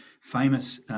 famous